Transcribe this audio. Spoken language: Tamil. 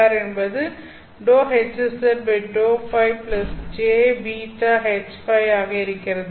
1r என்பது δHzδϕjβHϕ ஆக இருக்கிறது